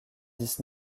dix